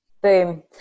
boom